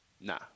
Nah